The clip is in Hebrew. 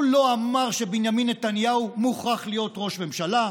הוא לא אמר שבנימין נתניהו מוכרח להיות ראש ממשלה,